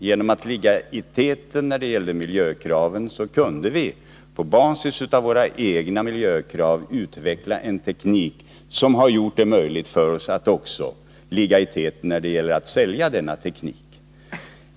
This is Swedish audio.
Genom att ligga i täten med miljökraven kunde vi, på basis av våra egna miljökrav, utveckla en teknik som har gjort det möjligt för oss att också ligga i täten vid försäljningen av denna teknik.